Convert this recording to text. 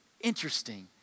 Interesting